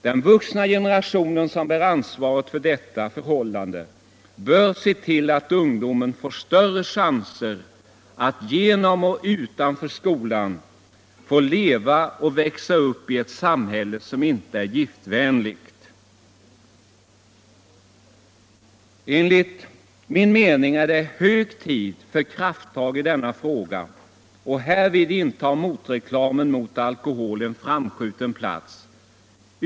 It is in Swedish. Den vuxna generationen, som bär ansvaret för detta förhållande, bör se till att ungdomen får större chanser att genom och utanför skolan få leva och växa upp i ett samhälle som inte är giftvänligt. Enligt min mening är det hög tid för krafttag i denna fråga, och härvid intar motreklamen mot alkohol en framskjuten plats.